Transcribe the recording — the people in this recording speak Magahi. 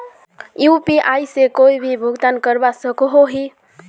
यु.पी.आई से कोई भी भुगतान करवा सकोहो ही?